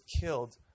killed